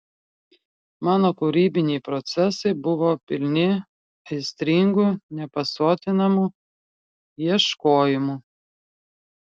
mano kūrybiniai procesai buvo pilni aistringų nepasotinamų ieškojimų